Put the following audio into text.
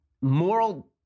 moral